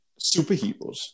superheroes